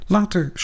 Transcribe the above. Later